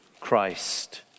Christ